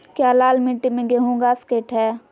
क्या लाल मिट्टी में गेंहु उगा स्केट है?